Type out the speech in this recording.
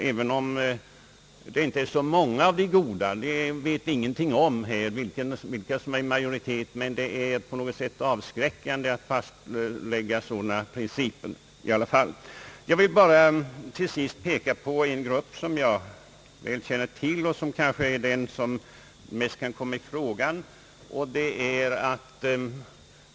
även om det nu inte är så många av de goda som drabbas — jag vet inte om det är de onda eller de goda som är i majoritet — är det i alla fall avskräckande att tillämpa en sådan princip. Jag vill till sist påminna om en grupp som jag väl känner till och som kanske mest kan komma i fråga i detta fall.